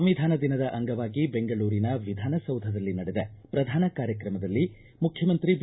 ಸಂವಿಧಾನ ದಿನದ ಅಂಗವಾಗಿ ಬೆಂಗಳೂರಿನ ವಿಧಾನಸೌಧದಲ್ಲಿ ನಡೆದ ಪ್ರಧಾನ ಕಾರ್ಯಕ್ರಮದಲ್ಲಿ ಮುಖ್ಯಮಂತ್ರಿ ಬಿ